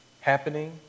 happening